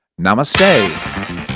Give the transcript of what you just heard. Namaste